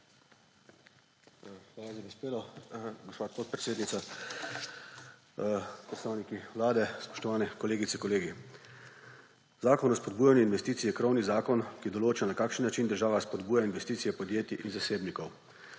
Hvala za besedo, gospa podpredsednica. Predstavniki Vlade, spoštovane kolegice in kolegi! Zakon o spodbujanju investicij je krovni zakon, ki določa, na kakšen način država spodbuja investicije podjetij in zasebnikov.